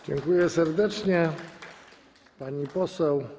Dziękuję serdecznie, pani poseł.